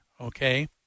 okay